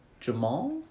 Jamal